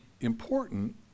important